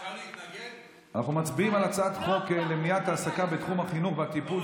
אנחנו מצביעים על הצעת חוק למניעת העסקה בתחום החינוך והטיפול